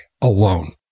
alone